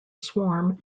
swarm